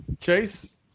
Chase